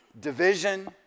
division